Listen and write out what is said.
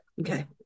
Okay